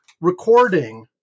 recording